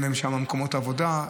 אין להן שם מקומות עבודה.